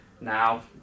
Now